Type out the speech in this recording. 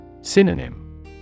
Synonym